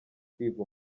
kwiga